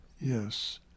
Yes